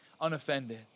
unoffended